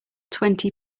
twenty